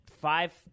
five